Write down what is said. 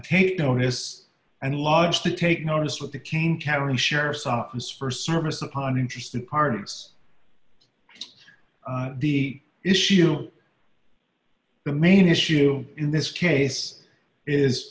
no notice and large to take notice with the king county sheriff's office for service upon interesting parts of the issue the main issue in this case is